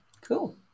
Cool